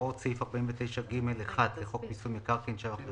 (ג)הוראות סעיף 49ג(1) לחוק מיסוי מקרקעין (שבח ורכישה),